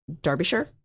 Derbyshire